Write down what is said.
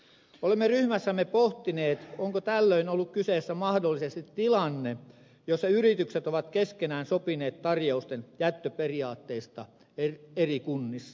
olemme ryhmässämme pohtineet onko tällöin ollut kyseessä mahdollisesti tilanne jossa yritykset ovat keskenään sopineet tarjousten jättöperiaatteista eri kunnissa